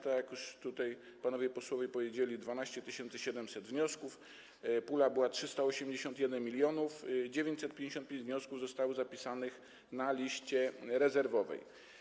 Tak jak już tutaj panowie posłowie powiedzieli, było 12 700 wniosków, była pula 381 mln, 955 wniosków zostało zapisanych na liście rezerwowej.